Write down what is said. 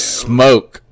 smoke